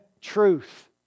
truth